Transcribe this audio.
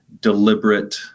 deliberate